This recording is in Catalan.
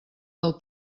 del